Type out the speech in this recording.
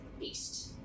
East